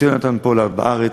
את יונתן פולארד, בארץ.